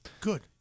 Good